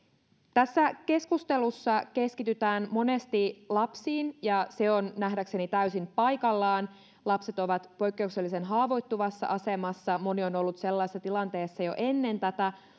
tässä keskustelussa keskitytään monesti lapsiin ja se on nähdäkseni täysin paikallaan lapset ovat poikkeuksellisen haavoittuvassa asemassa moni on ollut sellaisessa tilanteessa jo ennen tätä